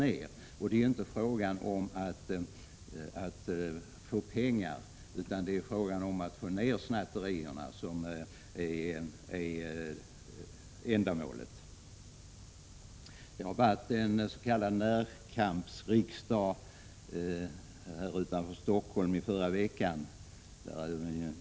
Det är inte fråga om att få pengar, utan ändamålet är att få ner antalet snatterier. I förra veckan var det s.k. närkampsriksdag utanför Stockholm.